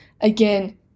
Again